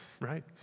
right